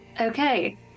Okay